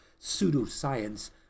pseudoscience